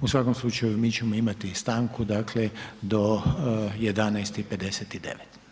u svakom slučaju, mi ćemo i stanku, dakle do 11 i 59.